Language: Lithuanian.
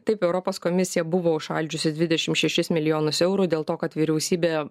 taip europos komisija buvo užšaldžiusi dvidešimt šešis milijonus eurų dėl to kad vyriausybė